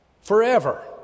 forever